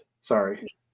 Sorry